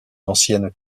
anciennes